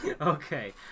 Okay